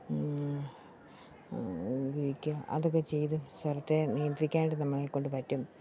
ഉപയോഗിക്കുക അതൊക്കെ ചെയ്ത് സ്വരത്തെ നിയന്ത്രിക്കാനായിട്ട് നമ്മളെക്കൊണ്ട് പറ്റും